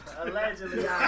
allegedly